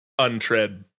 untread